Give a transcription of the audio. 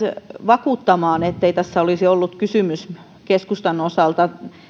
vakuuttamaan ettei tässä olisi ollut kysymys keskustan osalta